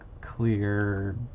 clear